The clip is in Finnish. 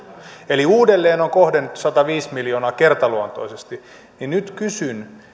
eli uudelleen on kohdennettu sataviisi miljoonaa kertaluontoisesti nyt kysyn